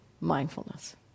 mindfulness